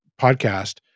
podcast